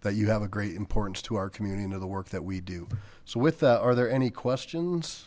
that you have a great importance to our community into the work that we do so with that are there any questions